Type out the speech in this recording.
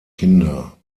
kinder